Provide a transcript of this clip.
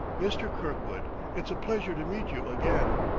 mr. kirkwood, it's a pleasure to meet you again!